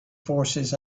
forces